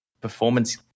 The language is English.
performance